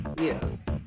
Yes